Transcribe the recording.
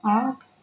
آٹھ